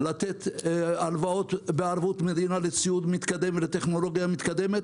לתת הלוואות בערבות מדינה לציוד מתקדם ולטכנולוגיה מתקדמת,